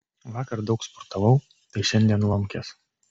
vakar daug sportavau tai šiandien lomkės